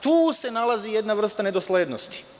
Tu se nalazi jedna vrsta nedoslednosti.